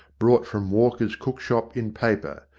brought from walker's cookshop in paper.